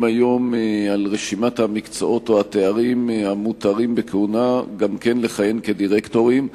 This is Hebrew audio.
היום ברשימת המקצועות או התארים המותרים בכהונה לכהן כדירקטורים.